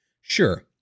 Sure